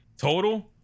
Total